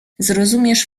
zrozumiesz